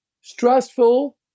stressful